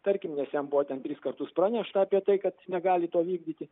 tarkim nes jam buvo ten tris kartus pranešta apie tai kad negali to vykdyti